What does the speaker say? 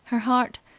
her heart,